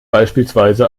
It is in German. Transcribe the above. beispielsweise